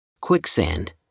Quicksand